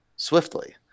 swiftly